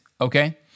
okay